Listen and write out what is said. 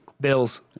Bills